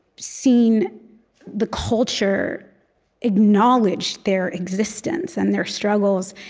seen the culture acknowledge their existence and their struggles.